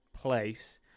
place